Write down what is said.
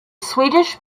swedish